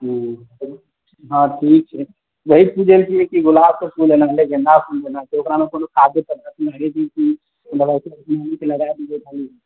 हँ ठीक छै यही चीज जनतियै की गुलाबके फूल लेना रहय गेंदाके फूल लेना रहय त ओकरा मे कोनो खाद की लगा दियै खाली